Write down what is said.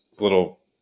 little